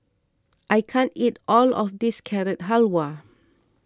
I can't eat all of this Carrot Halwa